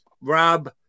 Rob